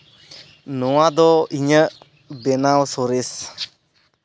ᱱᱚᱣᱟᱫᱚ ᱤᱧᱟᱹᱜ ᱵᱮᱱᱟᱣ ᱥᱚᱨᱮᱥ